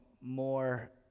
more